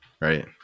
Right